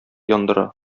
яндыра